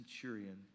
centurion